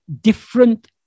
different